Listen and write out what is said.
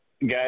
guys